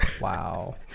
wow